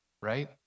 right